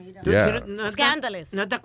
scandalous